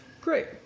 Great